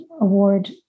award